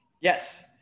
Yes